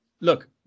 look